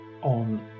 on